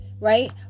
right